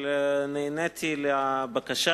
אבל נעניתי לבקשה